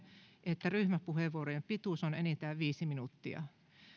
että ryhmäpuheenvuorojen pituus on enintään viisi minuuttia